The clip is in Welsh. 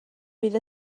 bydd